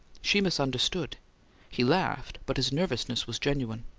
she misunderstood he laughed, but his nervousness was genuine.